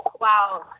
Wow